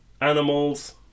Animals